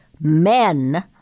men